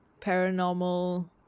paranormal